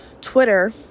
Twitter